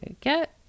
get